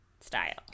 style